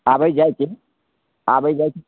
आबै जाइके आबै जाइके